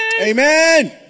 Amen